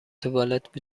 توالت